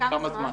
לכמה זמן?